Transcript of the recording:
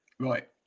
right